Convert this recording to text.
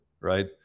Right